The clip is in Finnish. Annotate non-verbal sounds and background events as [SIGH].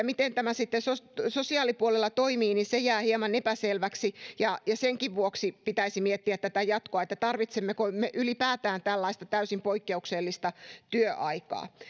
[UNINTELLIGIBLE] miten tämä sitten sosiaalipuolella toimii jää hieman epäselväksi ja senkin vuoksi pitäisi miettiä tätä jatkoa tarvitsemmeko me ylipäätään tällaista täysin poikkeuksellista työaikaa